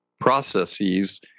processes